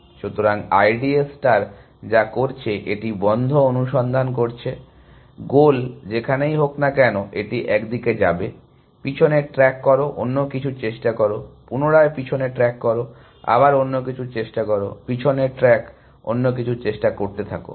সুতরাং I D A star যা করছে এটি অন্ধ অনুসন্ধান করছে গোল যেখানেই হোক না কেন এটি এক দিকে যাবে পিছনে ট্র্যাক করো অন্য কিছু চেষ্টা করো পুনরায় পিছনে ট্র্যাক করো আবার অন্য কিছু চেষ্টা করো পিছনে ট্র্যাক অন্য কিছু চেষ্টা করতে থাকো